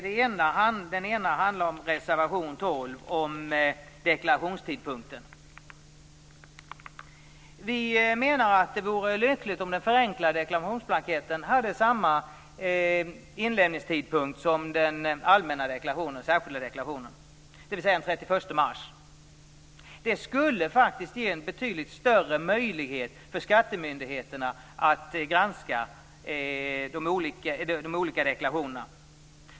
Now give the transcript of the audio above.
Reservation 12 handlar om deklarationstidpunkten. Det vore lyckligt om den förenklade deklarationsblanketten hade samma inlämningstidpunkt som den särskilda deklarationsblanketten, dvs. den 31 mars. Det skulle ge en betydligt större möjlighet för skattemyndigheterna att granska de olika deklarationerna.